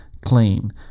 clean